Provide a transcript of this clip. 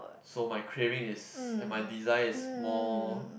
so my craving is and my desire is more